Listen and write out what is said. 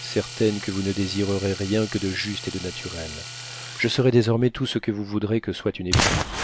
certaine que vous ne désirerez rien que de juste et de naturel je serai désormais tout ce que vous voudrez que soit une épouse